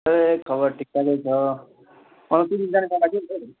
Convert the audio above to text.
ए खबर ठिकठाकै छ अँ पिकनिक जानको लागि नि त हौ